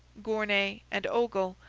gournay and ogle,